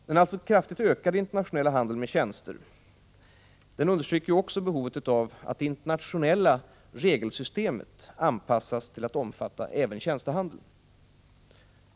Den kraftigt ökande internationella handeln med tjänster understryker också behovet av att det internationella regelsystemet anpassas till att omfatta även tjänstehandeln.